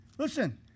Listen